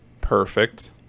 perfect